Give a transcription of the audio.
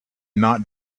not